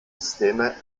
systeme